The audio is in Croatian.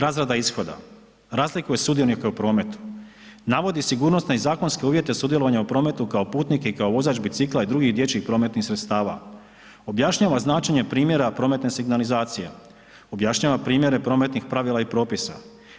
Razrada ishoda, razlikuje sudionika u prometu, navodi sigurnosne i zakonske uvjete sudjelovanja u prometu kao putnike i kao vozač bicikla i drugih dječjih prometnih sredstava, objašnjava značenje primjera prometne signalizacije, objašnjava primjere prometnih pravila i propisa,